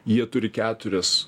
jie turi keturias